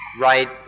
Right